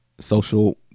Social